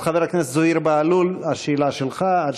בבקשה, חבר הכנסת זוהיר בהלול, השאלה שלך,